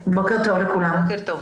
בוקר טוב לכולם.